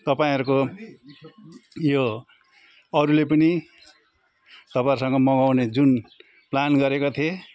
तपाईँहरूको यो अरूले पनि तपाईँहरूसँग मगाउने जुन प्लान गरेका थिए